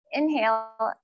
Inhale